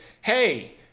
hey